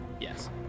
Yes